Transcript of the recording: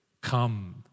come